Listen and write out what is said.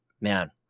man